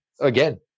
Again